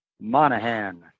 Monahan